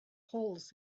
holes